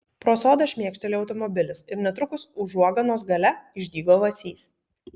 pro sodą šmėkštelėjo automobilis ir netrukus užuoganos gale išdygo vacys